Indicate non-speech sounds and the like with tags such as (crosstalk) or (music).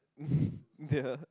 (laughs) ya